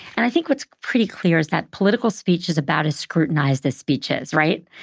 and i think what's pretty clear is that political speech is about as scrutinized as speeches, right?